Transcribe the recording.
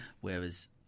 whereas